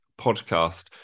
podcast